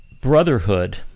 brotherhood